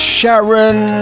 Sharon